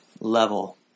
level